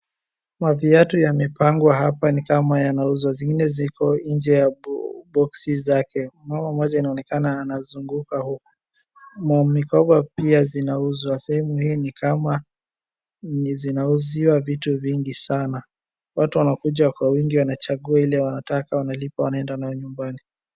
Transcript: Maviatu yamepangwa hapa ni kama yanauzwa zingine ziko nje ya boxi zake. Mama mmoja inaonekana anazunguka huku. Mikoba pia zinauzwa sehemu hii ni kama zinazuziwa vitu vingi sana. Watu wanakuja kwa wingi wanachangua ile wanataka wanalipa wanaenda nayo nyumbani.